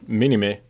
minime